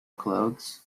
clothes